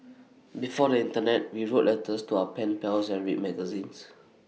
before the Internet we wrote letters to our pen pals and read magazines